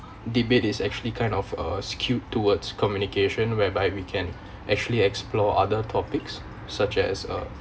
debate is actually kind of uh skewed towards communication whereby we can actually explore other topics such as uh